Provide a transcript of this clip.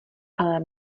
ale